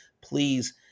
Please